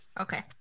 Okay